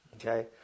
Okay